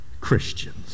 Christians